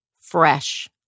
fresh